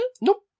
Nope